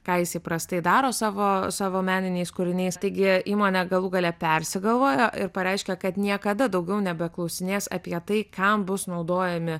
ką jis įprastai daro savo savo meniniais kūriniais taigi įmonė galų gale persigalvojo ir pareiškė kad niekada daugiau nebeklausinės apie tai kam bus naudojami